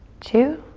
two.